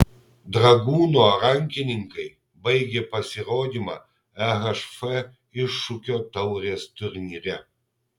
dragūno rankininkai baigė pasirodymą ehf iššūkio taurės turnyre